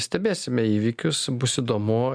stebėsime įvykius bus įdomu